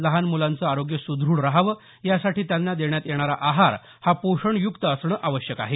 लहान मुलांचं आरोग्य सुद्रढ रहावं यासाठी त्यांना देण्यात येणारा आहार हा पोषणयुक्त असणं आवश्यक आहे